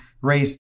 raised